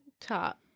top